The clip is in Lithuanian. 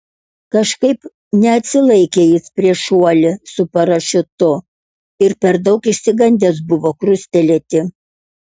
kažkaip neatsilaikė jis prieš šuolį su parašiutu ir per daug išsigandęs buvo krustelėti